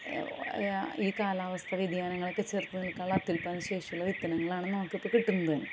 ഈ കാലാവസ്ഥ വ്യതിയാനങ്ങളൊക്കെ ചെറുത്ത് നിൽക്കാനുള്ള അത്യുൽപാദന ശേഷിയുള്ള വിത്തിനങ്ങളാണ് നമുക്കിപ്പോൾ കിട്ടുന്നത് തന്നെ